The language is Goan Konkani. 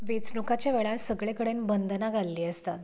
वेंचणुकाच्या वेळार सगळे कडेन बंधनां घाल्ली आसतात